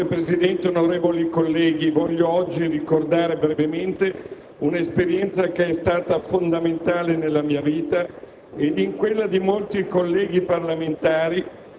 *(FI)*. Signor Presidente, onorevoli colleghi, voglio oggi ricordare brevemente un'esperienza che è stata fondamentale nella mia vita